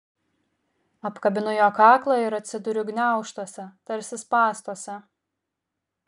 apkabinu jo kaklą ir atsiduriu gniaužtuose tarsi spąstuose